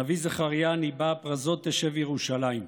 הנביא זכריה ניבא "פרזות תשב ירושלַ‍ִם".